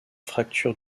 fracture